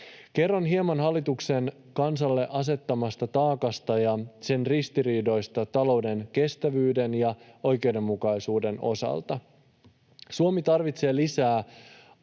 Kerron hieman hallituksen kansalle asettamasta taakasta ja sen ristiriidoista talouden kestävyyden ja oikeudenmukaisuuden osalta. Suomi tarvitsee lisää